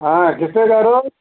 కిష్టయ్య గారు